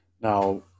now